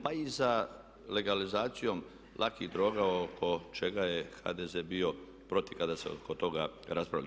Pa i za legalizacijom lakih droga oko čega je HDZ bio protiv kada se oko toga raspravljalo.